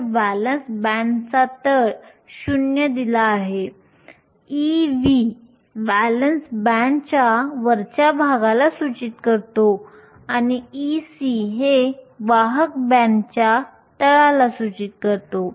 तर व्हॅलेन्स बँडचा तळ 0 दिला आहे Ev हे व्हॅलेन्स बँडच्या वरच्या भागाला सूचित करतो आणि Ec हे वाहक बँडच्या तळाला सूचित करतो